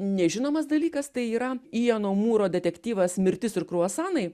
nežinomas dalykas tai yra yano mūro detektyvas mirtis ir kruasanai